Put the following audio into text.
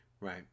Right